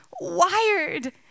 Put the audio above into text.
wired